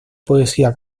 poesía